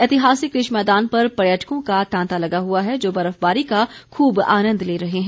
ऐतिहासिक रिज मैदान पर पर्यटकों का तांता लगा हुआ है जो बर्फबारी का खूब आनन्द ले रहे हैं